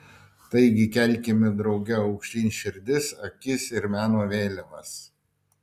taigi kelkime drauge aukštyn širdis akis ir meno vėliavas